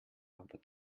aber